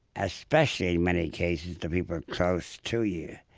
especially, in many cases, to people close to you.